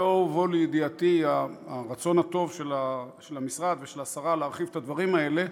לא הובאו לידיעתי הרצון הטוב של המשרד ושל השרה להרחיב את הדברים האלה,